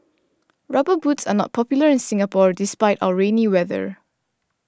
rubber boots are not popular in Singapore despite our rainy weather